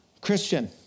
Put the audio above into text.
Christian